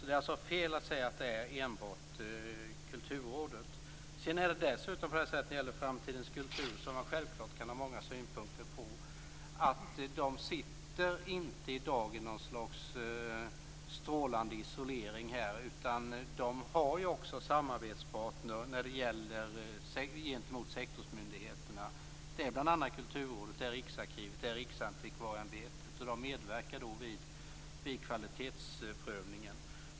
Det är alltså fel att säga att det enbart är Kulturrådet som har ansvar för detta. Man kan självfallet ha många synpunkter på Framtidens kultur. Och det är dessutom så att de inte sitter i något slags strålande isolering. De har ju också samarbetspartner gentemot sektorsmyndigheterna. Det är bl.a. Kulturrådet, Riksarkivet och Riksantikvarieämbetet. De medverkar vid kvalitetsprövningen.